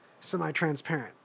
semi-transparent